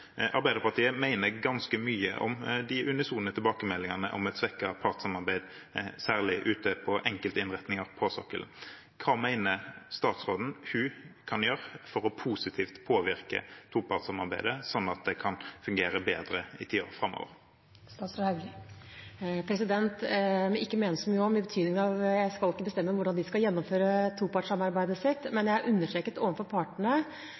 Arbeiderpartiet mener ganske mye om de unisone tilbakemeldingene om et svekket partssamarbeid, særlig ute på enkelte innretninger på sokkelen. Hva mener statsråden hun kan gjøre for å påvirke topartssamarbeidet positivt, sånn at det kan fungere bedre i tiden framover? Det var «ikke mene så mye om» i betydningen at jeg ikke skal bestemme hvordan de skal gjennomføre topartssamarbeidet sitt. Men jeg understreket overfor partene